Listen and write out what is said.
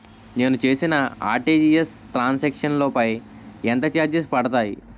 నేను చేసిన RTGS transaction లో పై ఎంత చార్జెస్ పడతాయి?